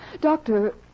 Doctor